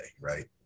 right